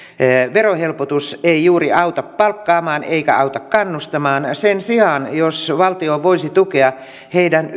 verohelpotus ei juuri auta palkkaamaan eikä auta kannustamaan sen sijaan jos valtio voisi tukea heidän